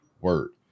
Word